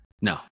No